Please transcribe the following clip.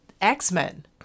X-Men